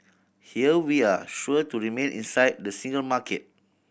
here we're sure to remain inside the single market